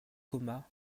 coma